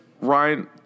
Ryan